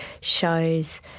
shows